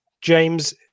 James